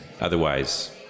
Otherwise